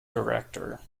director